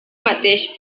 mateix